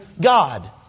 God